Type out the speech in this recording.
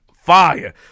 Fire